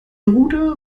ruder